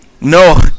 No